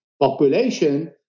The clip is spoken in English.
population